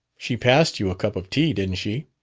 she passed you a cup of tea, didn't she?